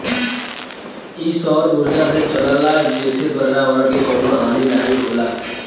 इ सौर उर्जा से चलला जेसे पर्यावरण के कउनो हानि नाही होला